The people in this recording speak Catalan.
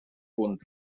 punt